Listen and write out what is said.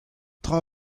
tra